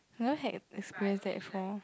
never had experience that before